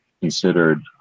considered